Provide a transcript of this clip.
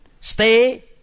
stay